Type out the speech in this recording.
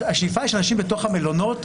השאיפה היא שאנשים יהיו עד 72 שעות במלונות,